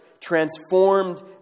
transformed